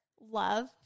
love